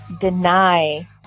deny